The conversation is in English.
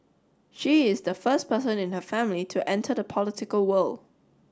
she is the first person in her family to enter the political world